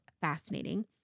fascinating